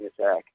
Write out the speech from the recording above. attack